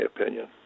opinion